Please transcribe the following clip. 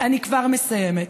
אני כבר מסיימת.